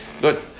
Good